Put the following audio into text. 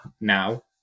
now